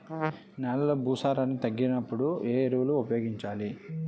నెలలో భూసారాన్ని తగ్గినప్పుడు, ఏ ఎరువులు ఉపయోగించాలి?